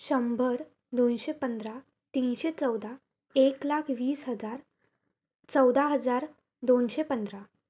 शंभर दोनशे पंधरा तीनशे चौदा एक लाख वीस हजार चौदा हजार दोनशे पंधरा